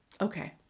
Okay